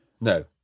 No